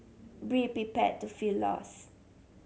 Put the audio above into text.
be prepared to feel lost